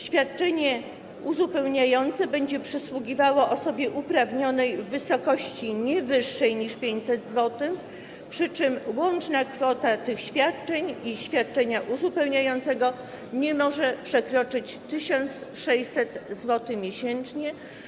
Świadczenie uzupełniające będzie przysługiwało osobie uprawnionej w wysokości nie wyższej niż 500 zł, przy czym łączna kwota tych świadczeń i świadczenia uzupełniającego nie może przekroczyć 1600 zł miesięcznie.